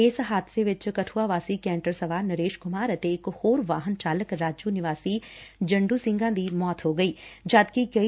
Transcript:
ਇਸਹਾਦਸੇ ਵਿਚ ਕਠੁਆ ਵਾਸੀ ਕੈਂਟਰ ਸਵਾਰ ਨਰੇਸ਼ ਕੁਮਾਰ ਅਤੇ ਇੱਕ ਹੋਰ ਵਾਹਨ ਚਾਲਕ ਰਾਜੁ ਨਿਵਾਸੀ ਜੰਡ ਸਿੰਘਾ ਦੀ ਮੌਤ ਹੋ ਗਈ